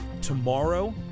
Tomorrow